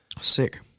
Sick